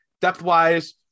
Depth-wise